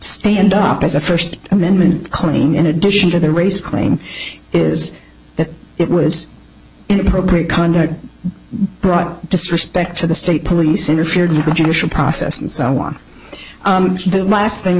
stand up as a first amendment cloning in addition to the race claim is that it was inappropriate conduct brought disrespect to the state police interfered with the judicial process and so on the last thing